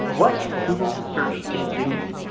what google search is doing.